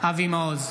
אבי מעוז,